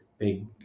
big